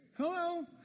Hello